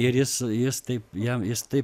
ir jis jis taip jam jis taip